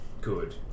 Good